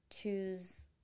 choose